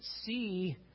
see